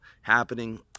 happening